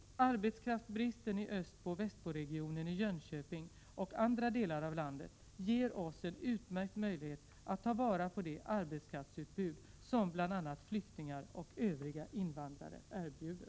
Arbetskraftsbristen i Östbo-Västboregionen i Prot. 1987/88:88 Jönköping och andra delar av landet ger oss en utmärkt möjlighet att ta vara 21 mars 1988 på det arbetskraftsutbud som bl.a. flyktingar och övriga invandrare er